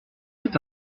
fit